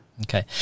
Okay